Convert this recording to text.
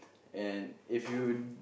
and if you